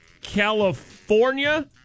California